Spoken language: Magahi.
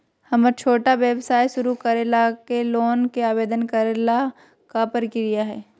हमरा छोटा व्यवसाय शुरू करे ला के लोन के आवेदन करे ल का प्रक्रिया हई?